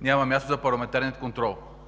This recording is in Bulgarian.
няма място за парламентарен контрол.